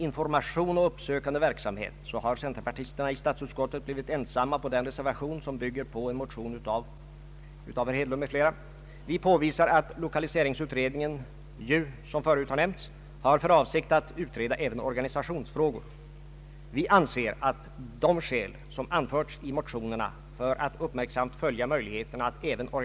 Stöd skulle kunna utgå till företag som hyrde ut industrilokaler om huvudsaklig ägaridentitet förelåge i fråga om den fastighetsförvaltande och den industriella verksamheten.